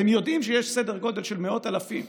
אתם יודעים שיש סדר גודל של מאות אלפים.